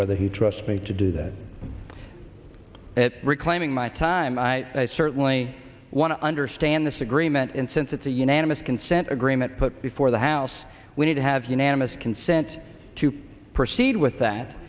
whether he trusts me to do that at reclaiming my time i certainly want to understand this agreement and since it's a unanimous consent agreement put before the house we need to have unanimous consent to proceed with that